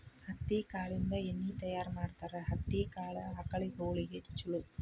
ಹತ್ತಿ ಕಾಳಿಂದ ಎಣ್ಣಿ ತಯಾರ ಮಾಡ್ತಾರ ಹತ್ತಿ ಕಾಳ ಆಕಳಗೊಳಿಗೆ ಚುಲೊ